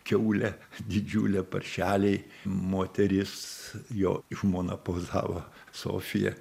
kiaulė didžiulė paršeliai moteris jo žmona pozavo sofija